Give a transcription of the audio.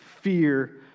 fear